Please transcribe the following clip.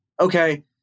okay